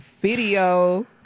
video